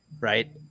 right